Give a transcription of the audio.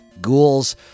ghouls